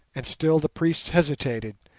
and still the priests hesitated,